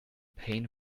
pain